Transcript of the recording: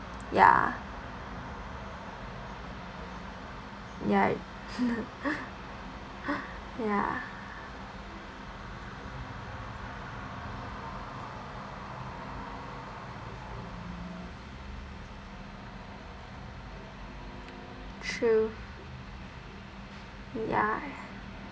ya ya right ya true ya